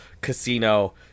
casino